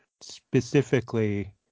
specifically